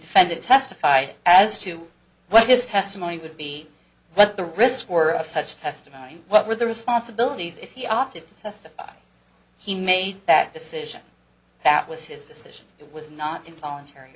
defendant testified as to what his testimony would be what the risks were of such testimony what were the responsibilities if he opted to testify he made that decision that was his decision it was not involuntary